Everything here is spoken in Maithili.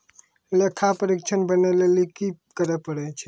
लेखा परीक्षक बनै लेली कि करै पड़ै छै?